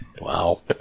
Wow